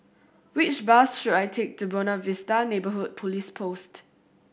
which bus should I take to Buona Vista Neighbourhood Police Post